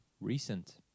Recent